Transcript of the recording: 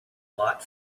lot